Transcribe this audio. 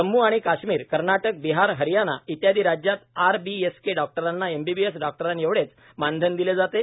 जम्म् आणि काश्मिर कर्नाटक बिहार हरियाणा इत्यादी राज्यात आरबीएसके डॉक्टरांना एमबीबीएस डॉक्टरांएवढेच मानधन दिले जाते